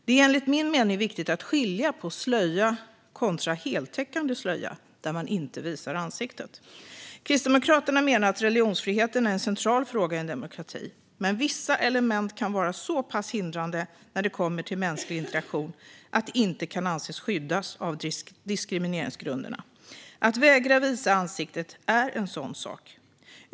Det är enligt min mening viktigt att skilja på slöja kontra heltäckande slöja, där man inte visar ansiktet. Kristdemokraterna menar att religionsfriheten är en central fråga i en demokrati. Men vissa element kan vara så pass hindrande när det kommer till mänsklig interaktion att de inte kan anses skyddas av diskrimineringsgrunderna. Att vägra visa ansiktet är en sådan sak.